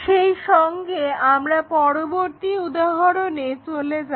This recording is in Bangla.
সেইসঙ্গে আমরা পরবর্তী উদাহরণে চলে যাব